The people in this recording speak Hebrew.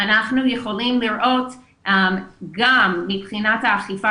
אנחנו יכולים לראות גם מבחינת האכיפה